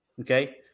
okay